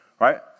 right